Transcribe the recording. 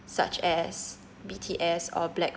such as B_T_S or